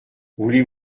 voulez